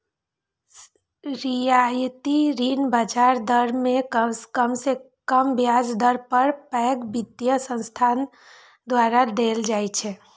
रियायती ऋण बाजार दर सं कम ब्याज दर पर पैघ वित्तीय संस्थान द्वारा देल जाइ छै